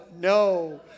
no